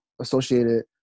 associated